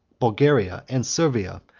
bulgaria, and servia,